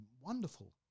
wonderful